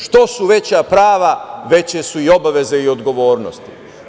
Što su veća prava, veće su i obaveze i odgovornosti.